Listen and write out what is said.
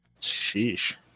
Sheesh